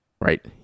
right